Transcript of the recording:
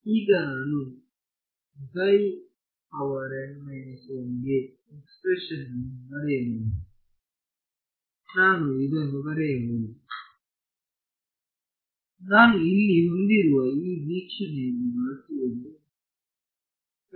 ಈಗ ನಾನು ಗೆ ಎಕ್ಸ್ಪ್ರೆಶನ್ಯನ್ನು ಬರೆಯಬಹುದುನಾನು ಇದನ್ನು ಬರೆಯಬಹುದು ನಾನು ಇಲ್ಲಿ ಹೊಂದಿರುವ ಈ ವೀಕ್ಷಣೆಯನ್ನು ಬಳಸಿಕೊಳ್ಳಲು ಬಯಸುತ್ತೇನೆ